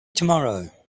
tomorrow